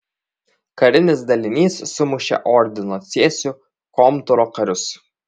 karinis dalinys sumušė ordino cėsių komtūro karius